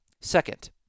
Second